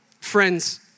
friends